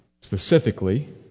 Specifically